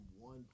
one